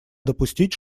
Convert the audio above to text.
допустить